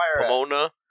Pomona